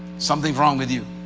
something's wrong with you.